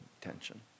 tension